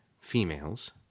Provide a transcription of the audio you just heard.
females